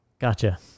gotcha